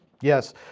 Yes